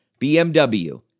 BMW